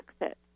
exit